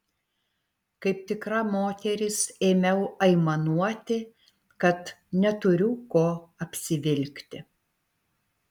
kaip tikra moteris ėmiau aimanuoti kad neturiu ko apsivilkti